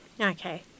Okay